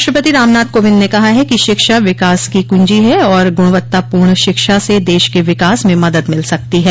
राष्ट्रपति रामनाथ कोविंद ने कहा है कि शिक्षा विकास की कुंजी है और गुणवत्तापूर्ण शिक्षा से देश के विकास में मदद मिल सकती है